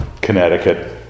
Connecticut